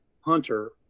hunter